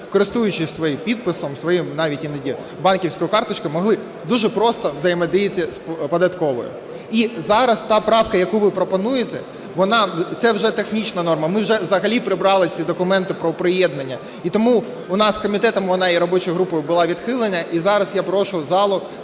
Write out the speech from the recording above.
користуючись своїм підписом, своєю навіть іноді банківською карткою, могли дуже просто взаємодіяти з податковою. І зараз та правка, яку ви пропонуєте, це вже технічна норма. Ми вже взагалі прибрали ці документи про приєднання. І тому у нас комітетом вона і робочою групою була відхилена. І зараз я прошу зал